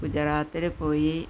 ഗുജറാത്തിൽ പോയി